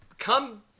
Come